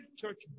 church